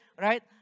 right